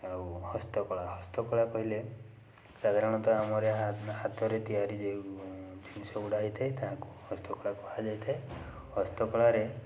ଆଉ ହସ୍ତକଳା ହସ୍ତକଳା କହିଲେ ସାଧାରଣତଃ ଆମର ଏହା ହାତରେ ତିଆରି ଯେଉଁ ଜିନିଷ ଗୁଡ଼ା ହେଇଥାଏ ତାହାକୁ ହସ୍ତକଳା କୁହାଯାଇଥାଏ ହସ୍ତକଳାରେ